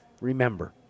remember